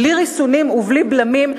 בלי ריסונים ובלי בלמים,